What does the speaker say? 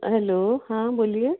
hello हाँ बोलिए